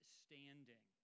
standing